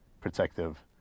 protective